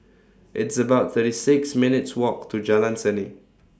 It's about thirty six minutes' Walk to Jalan Seni